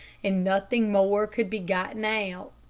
and nothing more could be gotten out.